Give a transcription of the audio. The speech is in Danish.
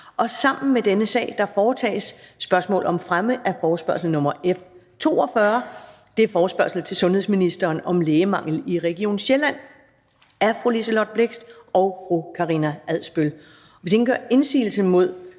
Sammen med dette punkt foretages: 2) Spørgsmål om fremme af forespørgsel nr. F 42: Forespørgsel til sundhedsministeren om lægemangel i Region Sjælland. Af Liselott Blixt (DF) og Karina Adsbøl